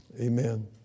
Amen